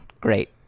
Great